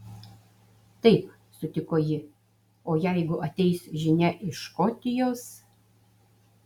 taip sutiko ji o jeigu ateis žinia iš škotijos